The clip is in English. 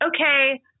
okay